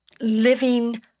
living